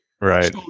Right